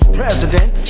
president